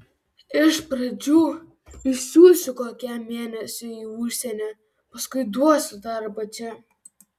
iš pradžių išsiųsiu kokiam mėnesiui į užsienį paskui duosiu darbo čia